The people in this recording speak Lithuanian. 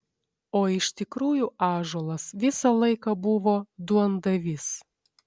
o iš tikrųjų ąžuolas visą laiką buvo duondavys